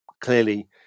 clearly